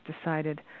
decided